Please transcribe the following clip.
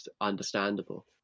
understandable